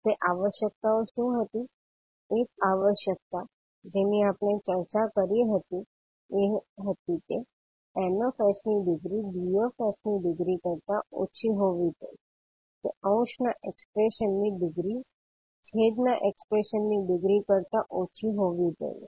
તે આવશ્યકતાઓ શું હતી એક આવશ્યકતા જેની આપણે ચર્ચા કરી તે એ હતી કે 𝑁𝑠 ની ડિગ્રી 𝐷𝑠 ની ડિગ્રી કરતા ઓછી હોવી જોઈએ તે અંશના એક્સપ્રેશન ની ડિગ્રી છેદના એક્સપ્રેશનની ડિગ્રી કરતા ઓછી હોવી જોઈએ